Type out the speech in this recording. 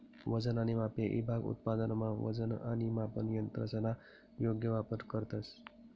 वजन आणि मापे ईभाग उत्पादनमा वजन आणि मापन यंत्रसना योग्य वापर करतंस